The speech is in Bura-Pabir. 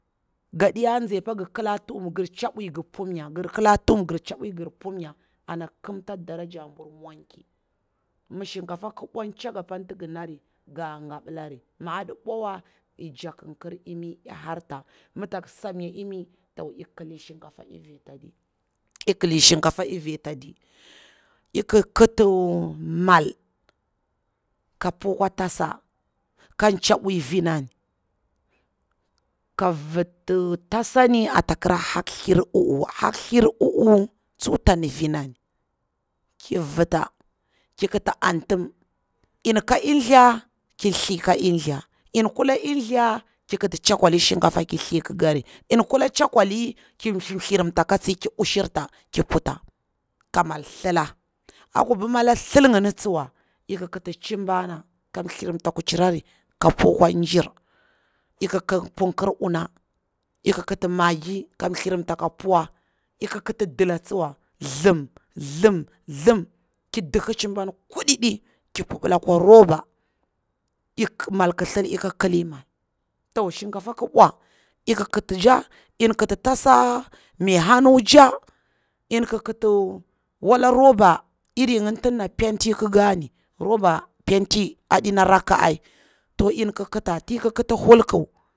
Gadiya tsi apa gir kila tuhum gir chabwi yir pum nya gir che bwi gir pumnya ana kimta daraja buru mwanki, mi shinkafa ki bwa tchanga pani ti gi nari nga gabilari, mi adi bwawa jakirkir imi harta, mitak samnya imi to ik kili shinkafa ivi tadi, ik kitu mal kapu kwa tasa ka tchabwi vinan a viti tasani a ta kira hakthir uwu, hakthir uwu tsu tsan vinani, ki vita, ki kita antim, inka in tha ki thlika intha, in kula intha ki kiti chakoli kwas shinkafa kithi kikari in kula chakoli, ki thlirimta ka tsi ki bushirimta ki puta, ka mal thlila, a kopi mal a thli ngini tsuwa, ik kiti limba na, ik thirimta kucirari ka pokwa jir, ik punkir una, ik kita maggi ka thlirinta ka puwa, ik kita dila tsuwa thlim thlim ki dihi cimbani kudidi, ki pubila kwa roba mal ki thli ik ili mal. To shin kafa ki bwa, ik kita tcha in kiti tasa mai hannu tcha, in ki ki ti wala roba iri ngini ti dana penti kikani, roba penti aɗi na rakka to in ki kita ti kitiki hold.